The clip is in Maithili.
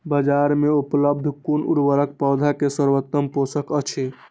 बाजार में उपलब्ध कुन उर्वरक पौधा के सर्वोत्तम पोषक अछि?